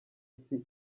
iki